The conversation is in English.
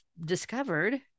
discovered